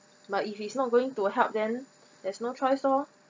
but if he's not going to help then there's no choice lor